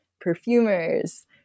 perfumers